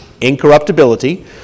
incorruptibility